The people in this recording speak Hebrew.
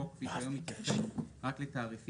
החוק כפי שהוא היום מתייחס רק לתעריפים,